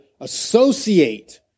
associate